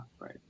right